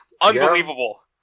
unbelievable